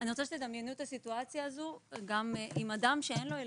אני רוצה שתדמיינו את הסיטואציה הזו גם אצל אדם שאין לו ילדים,